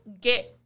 get